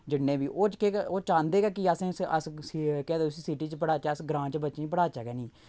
जिन्ने बी ओह् केह् क ओ चांह्दे गै कि असें स अस उस्सी केह् आखदे उस्सी सिटी च पढ़ाचै अस ग्रां च बच्चें गी पढ़ाचै गै निं